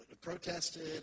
protested